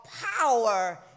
power